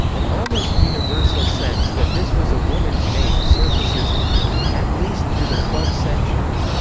an almost universal sense that this was a woman's name surfaces at least through the twelfth century.